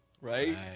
Right